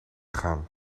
gaan